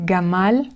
Gamal